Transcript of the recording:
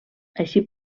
així